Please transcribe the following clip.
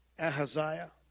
Ahaziah